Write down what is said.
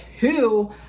two